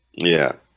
yeah